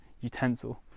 utensil